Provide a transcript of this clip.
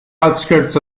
outskirts